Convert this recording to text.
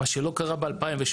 מה שלא קרה ב-2008,